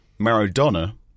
Maradona